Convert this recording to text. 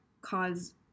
cause